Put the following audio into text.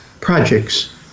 projects